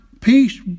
peace